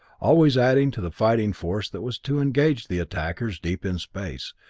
always adding to the fighting force that was to engage the attackers deep in space,